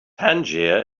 tangier